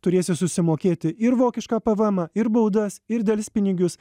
turėsi susimokėti ir vokišką pvmą ir baudas ir delspinigius